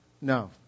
No